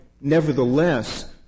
Nevertheless